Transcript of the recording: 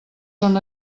són